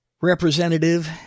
representative